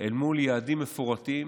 אל מול יעדים מפורטים